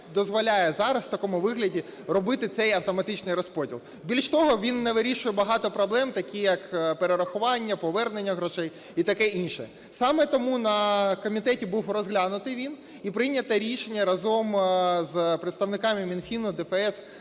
дозволяє зараз у такому вигляді робити цей автоматичний розподіл. Більше того, він не вирішує багато проблем такі, як перерахування, повернення грошей і таке інше. Саме тому на комітеті був розглянутий він, і прийнято рішення разом з представниками Мінфіну, ДФС